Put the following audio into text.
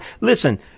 Listen